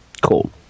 Cool